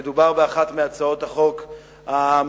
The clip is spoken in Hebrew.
מדובר באחת מהצעות החוק המורכבות